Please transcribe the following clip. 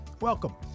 welcome